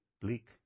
bleak